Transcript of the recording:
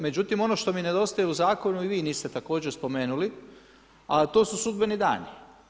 Međutim, ono što mi nedostaje u zakonu i vi niste također spomenuli, a to su sudbeni dani.